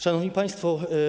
Szanowni Państwo!